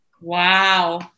wow